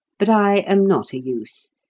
but i am not a youth,